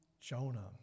Jonah